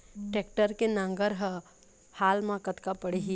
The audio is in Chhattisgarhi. टेक्टर के नांगर हर हाल मा कतका पड़िही?